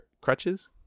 crutches